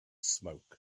smoke